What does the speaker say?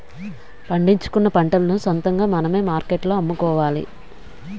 పండించుకున్న పంటలను సొంతంగా మార్కెట్లో మనమే అమ్ముకోవాలి